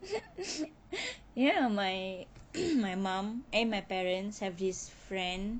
ya my my mom eh my parents have this friend